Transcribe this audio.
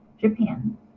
Japan